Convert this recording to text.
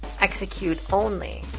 execute-only